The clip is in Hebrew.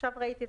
עכשיו ראיתי.